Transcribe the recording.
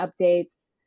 updates